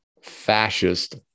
fascist